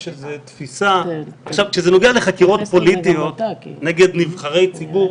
יש איזו תפיסה כשזה נוגע לחקירות פוליטיות נגד נבחרי ציבור,